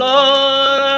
Lord